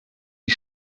die